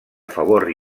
favor